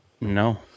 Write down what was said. No